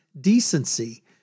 decency